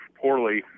poorly